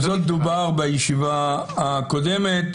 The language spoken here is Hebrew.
על זאת דובר בישיבה הקודמת.